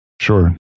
sure